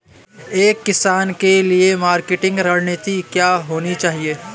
एक किसान के लिए मार्केटिंग रणनीति क्या होनी चाहिए?